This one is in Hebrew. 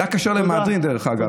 זה היה כשר למהדרין, דרך אגב.